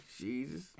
Jesus